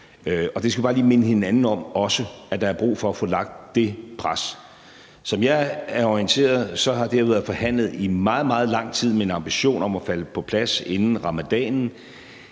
Det skal vi bare lige minde hinanden om, altså at der er brug for at få lagt det pres. Som jeg er orienteret, har det her været forhandlet i meget, meget lang tid og med en ambition om, at det falder på plads inden ramadanen.